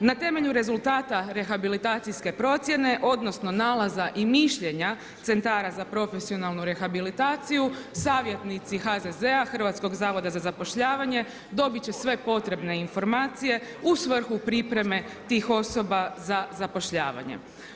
Na temelju rezultata rehabilitacijske procjene, odnosno nalaza i mišljenja Centara za profesionalnu rehabilitaciju, savjetnici HZZ-a, Hrvatskog zavoda za zapošljavanje dobit će sve potrebne informacije u svrhu pripreme tih osoba za zapošljavanje.